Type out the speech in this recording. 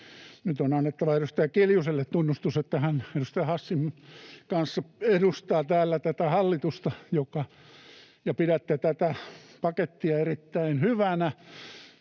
Nyt on annettava edustaja Kiljuselle tunnustus, että hän edustaja Hassin kanssa edustaa täällä hallitusta ja pidätte tätä pakettia erittäin hyvänä.